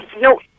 No